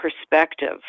perspective